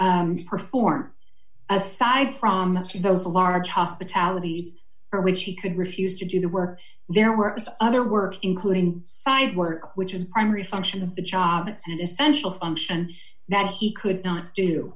perform aside from a few the large hospitality for which he could refuse to do the work there were other work including five work which in primary function of the job and essential function that he could not do